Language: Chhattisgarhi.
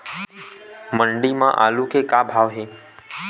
मंडी म आलू के का भाव हे?